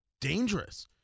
dangerous